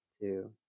two